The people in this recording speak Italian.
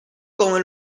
come